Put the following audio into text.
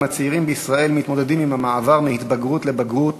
גם הצעירים בישראל מתמודדים עם המעבר מהתבגרות לבגרות.